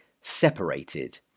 separated